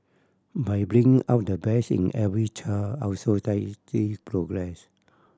by bringing out the best in every child our society progress